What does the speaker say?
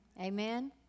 Amen